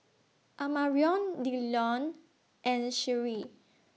Amarion Dillon and Sheree